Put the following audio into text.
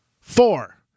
four